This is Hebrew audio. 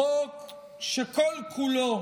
חוק שכל-כולו